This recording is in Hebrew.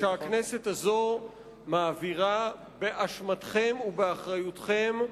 שהכנסת הזו מעבירה, באשמתכם ובאחריותכם,